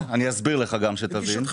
אני אסביר לך כדי שתבין,